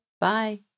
Bye